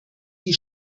die